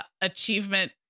achievement